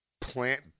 Plant